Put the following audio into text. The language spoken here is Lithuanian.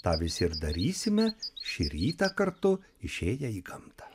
tą visi ir darysime šį rytą kartu išėję į gamtą